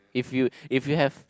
if you if you have